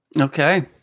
Okay